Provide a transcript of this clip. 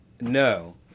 No